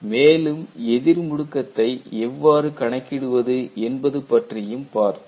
மேலும் எதிர் முடுக்கத்தை எவ்வாறு கணக்கிடுவது என்பது பற்றியும் பார்த்தோம்